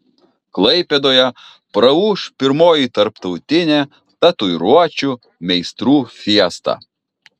klaipėdoje praūš pirmoji tarptautinė tatuiruočių meistrų fiesta